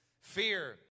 fear